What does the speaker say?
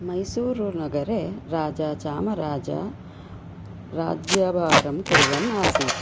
मैसूरुनगरे राजा चामराज राज्यभारं कुर्वन् आसीत्